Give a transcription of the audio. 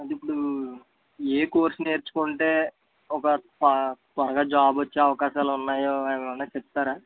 నాకు ఇప్పుడు ఏ కోర్స్ నేర్చుకుంటే ఒక త త్వరగా జాబ్ వచ్చే అవకాశాలున్నాయో ఏమైనా చెప్తారా